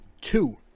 Two